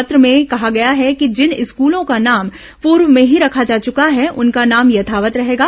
पत्र में कहा गया है कि जिन स्कलों का नाम पूर्व में ही रखा जा चुका है उनका नाम यथावत रहेगा